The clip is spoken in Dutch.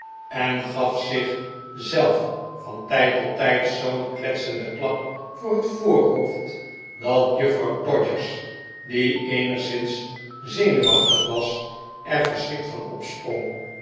en gaf zich zelf van tijd tot tijd zoo'n kletsenden klap voor het voorhoofd dat juffrouw todgers die eenigszins zenuwachtig was er verschrikt van opsprong